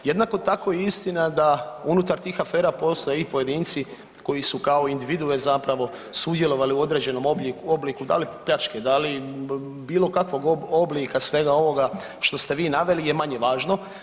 Jednako tako je i istina da unutar tih afera postoje i pojedinci koji su kao individue zapravo sudjelovali u određenom obliku da li pljačke, da li bilo kakvog oblika svega ovoga što ste vi naveli je manje važno.